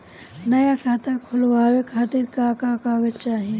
नया खाता खुलवाए खातिर का का कागज चाहीं?